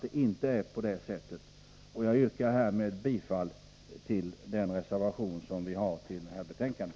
Jag yrkar bifall till den reservation som vi har fogat till detta betänkande.